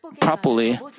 properly